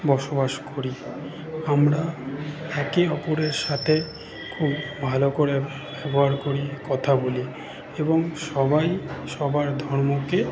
বসবাস করি আমরা একে অপরের সাথে খুব ভালো করে ব্যবহার করি কথা বলি এবং সবাই সবার ধর্মকে